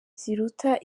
ziruta